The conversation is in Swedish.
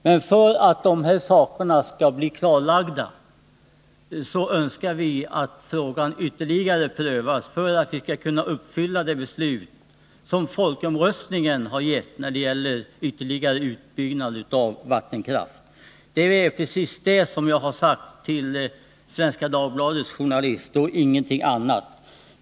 Men för att de sakerna skall bli klarlagda önskar vi att frågan ytterligare prövas så att vi kan fullfölja det beslut som folkomröstningen angett när det gäller ytterligare utbyggnad av vattenkraft. Det är precis det som jag har sagt till journalisten från Svenska Dagbladet, och ingenting annat.